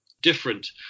different